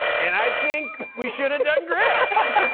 and i think we should've done griff.